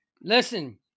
listen